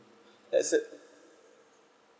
that's it